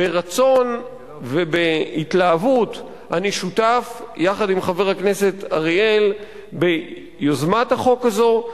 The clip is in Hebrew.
ברצון ובהתלהבות אני שותף יחד עם חבר הכנסת אריאל ביוזמת החוק הזאת.